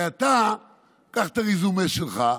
קח את הרזומה שלך.